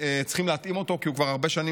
וצריכים להתאים אותו כי הוא לא התעדכן